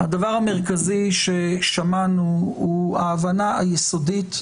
הדבר המרכזי ששמענו הוא ההבנה היסודית,